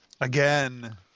Again